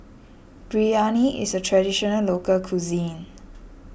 Biryani is a Traditional Local Cuisine